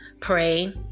pray